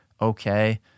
okay